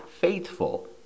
faithful